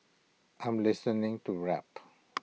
I'm listening to rap